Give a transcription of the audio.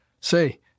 Say